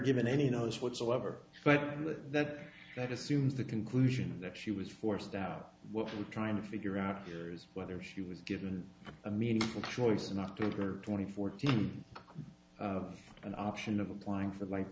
given any nose whatsoever but that that assumes the conclusion that she was forced out what we're trying to figure out here is whether she was given a meaningful choice an october twenty fourth of an option of applying for like